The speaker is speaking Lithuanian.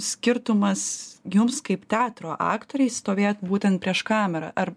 skirtumas jums kaip teatro aktoriais stovėt būtent prieš kamerą ar